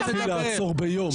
לא רציתי לעצור אפילו לא ליום.